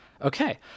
Okay